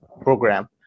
program